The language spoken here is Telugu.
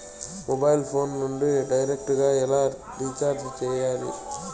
మొబైల్ ఫోను నుండి డైరెక్టు గా ఎలా రీచార్జి సేయాలి